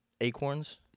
acorns